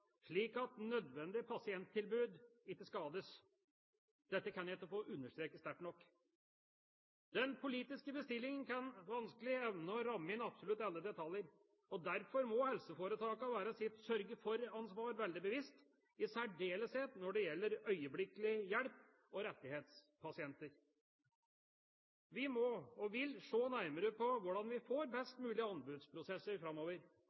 slik at nødvendige pasienttilbud ikke skades. Dette kan jeg ikke få understreket sterkt nok. Den politiske bestillingen kan vanskelig evne å ramme inn absolutt alle detaljer. Derfor må helseforetakene være seg sitt sørge for-ansvar veldig bevisst, i særdeleshet når det gjelder øyeblikkelig hjelp og rettighetspasienter. Vi må – og vil – se nærmere på hvordan vi får best mulige anbudsprosesser framover,